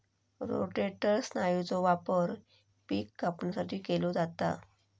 rotator स्नायूचो वापर पिक कापणीसाठी केलो जाता